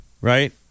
right